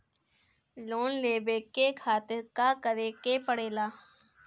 Loan लेवे के खातिर का करे के पड़ेला?